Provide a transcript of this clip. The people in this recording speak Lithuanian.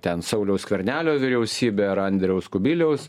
ten sauliaus skvernelio vyriausybę ar andriaus kubiliaus